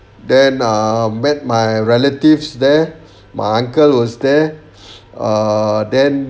then uh met my relatives there my uncle was there uh then